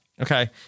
okay